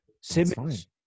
Simmons